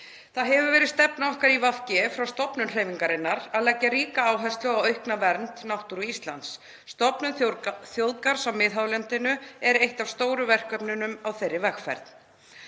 Það hefur verið stefna okkar í VG frá stofnun hreyfingarinnar að leggja ríka áherslu á aukna vernd náttúru Íslands. Stofnun þjóðgarðs á miðhálendinu er eitt af stóru verkefnunum á þeirri vegferð.